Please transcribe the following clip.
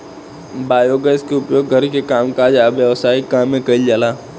biogas के उपयोग घर के कामकाज आ व्यवसायिक काम में कइल जाला